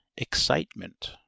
excitement